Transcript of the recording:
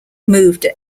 moved